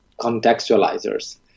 contextualizers